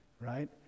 right